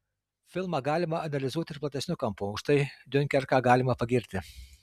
filmą galima analizuoti ir platesniu kampu už tai diunkerką galima pagirti